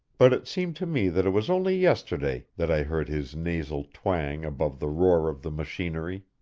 but it seemed to me that it was only yesterday that i heard his nasal twang above the roar of the machinery